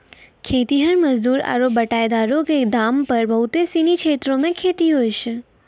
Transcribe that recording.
खेतिहर मजदूर आरु बटाईदारो क दम पर बहुत सिनी क्षेत्रो मे खेती होय छै